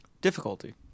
difficulty